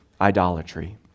idolatry